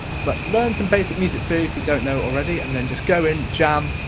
but learn some basic music theory if you don't know already. and then just go in, jam,